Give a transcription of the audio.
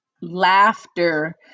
laughter